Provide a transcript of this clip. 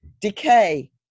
Decay